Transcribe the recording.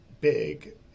big